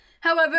However